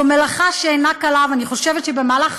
זו מלאכה שאינה קלה, ואני חושבת שבמהלך